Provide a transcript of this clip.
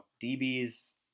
DB's